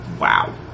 wow